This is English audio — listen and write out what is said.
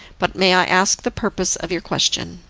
but may i ask the purpose of your question?